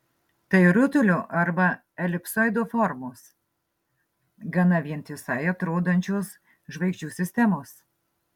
tai rutulio arba elipsoido formos gana vientisai atrodančios žvaigždžių sistemos